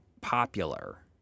popular